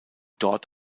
dort